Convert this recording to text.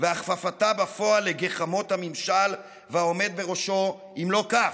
והכפפתה בפועל לגחמות הממשל והעומד בראשו אם לא כך?